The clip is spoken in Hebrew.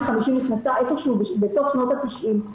50 נכנסה איפה שהוא בסוף שנות ה-90,